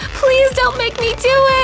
please don't make me do it!